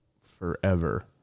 forever